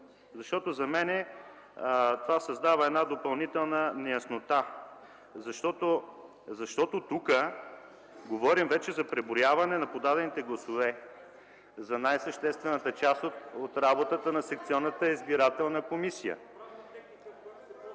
защото за мен това създава допълнителна неяснота, защото тук говорим вече за преброяване на подадените гласове, за най-съществената част от работата на секционната избирателна комисия.